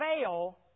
fail